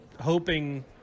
hoping